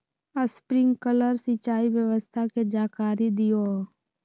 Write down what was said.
Sprinkler सिंचाई व्यवस्था के जाकारी दिऔ?